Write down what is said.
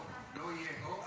לא יהוראי.